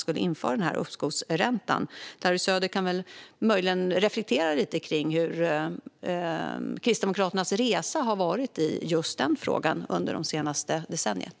Larry Söder kan möjligen reflektera lite kring hur Kristdemokraternas resa har sett ut i just den frågan under det senaste decenniet.